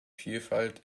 vielfalt